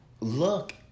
Look